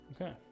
Okay